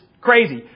crazy